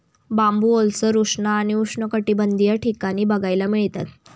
बांबू ओलसर, उष्ण आणि उष्णकटिबंधीय ठिकाणी बघायला मिळतात